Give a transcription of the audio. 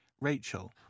Rachel